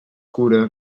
cura